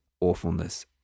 awfulness